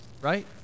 right